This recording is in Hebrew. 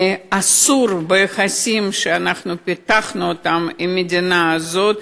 ביחסים שאנחנו פיתחנו עם המדינה הזאת,